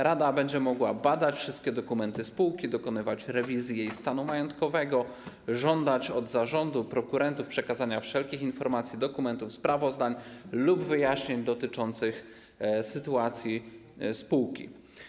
Rada będzie mogła badać wszystkie dokumenty spółki, dokonywać rewizji jej stanu majątkowego, żądać od zarządu, prokurentów przekazania wszelkich informacji, dokumentów, sprawozdań lub wyjaśnień dotyczących sytuacji spółki.